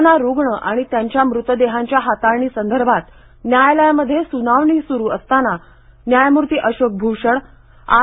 corona रुग्ण आणि त्यांच्या मृतदेहांच्या हाताळणीसंदर्भात न्यायालयामध्ये सुनावणी सुरू असताना न्यायमूर्ती अशोक भूषण आर